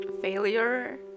failure